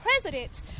president